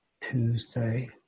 Tuesday